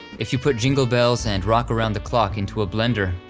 if you put jingle bells and rock around the clock into a blender,